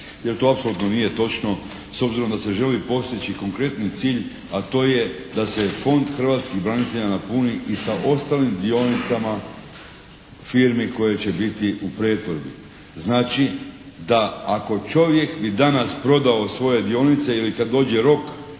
jer to apsolutno nije točno s obzirom da se želi postići konkretni cilj, a to je da se Fond hrvatskih branitelja napuni i sa ostalim dionicama u firmi koje će biti u pretvorbi. Znači da, ako čovjek bi danas prodao svoje dionice ili kad dođe rok